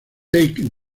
take